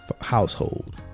household